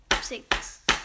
Six